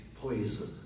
poison